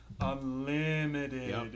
Unlimited